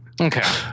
Okay